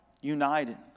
united